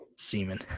semen